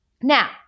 Now